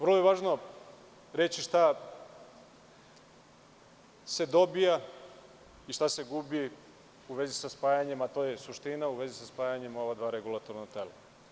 Vrlo je važno reći šta se dobija i šta se gubi u vezi sa spajanjem, a to je suština, ova dva regulatorna tela.